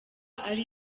ari